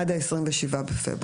עד ה-27 בפברואר.